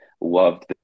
loved